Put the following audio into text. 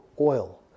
oil